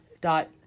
dot